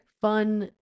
fun